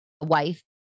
wife